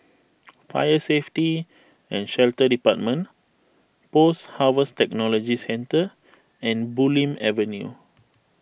Fire Safety and Shelter Department Post Harvest Technology Centre and Bulim Avenue